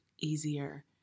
easier